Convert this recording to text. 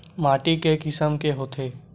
माटी के किसम के होथे?